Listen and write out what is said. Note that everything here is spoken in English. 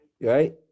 right